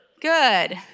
good